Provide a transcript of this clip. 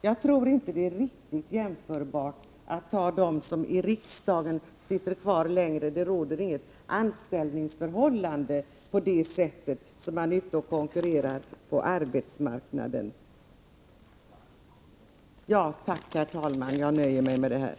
Jag tror inte att förhållandet för den som sitter kvar längre i riksdagen är riktigt jämförbart — här råder det ju inget anställningsförhållande på samma sätt som på arbetsmarknaden, med konkurrens m.m.